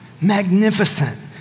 Magnificent